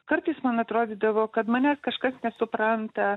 kartais man atrodydavo kad manes kažkas nesupranta